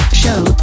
show